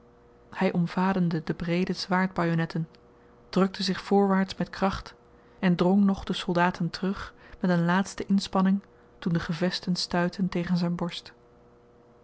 hy omvademde de breede zwaardbajonetten drukte zich voorwaarts met kracht en drong nog de soldaten terug met een laatste inspanning toen de gevesten stuitten tegen zyn borst